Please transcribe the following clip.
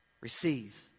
Receive